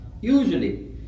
usually